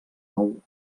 nou